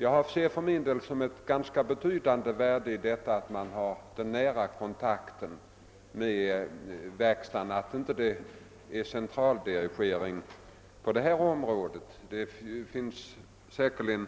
Jag anser för min del att det utgör ett betydande värde att man har denna nära kontakt med verkstaden och att det inte är någon centraldirigering på området. Det finns säkerligen